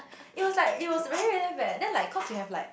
it was like it was very eh then like cause you have like